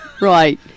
right